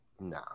No